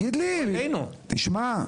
תגיד לי, תשמע,